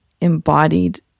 embodied